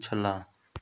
पिछला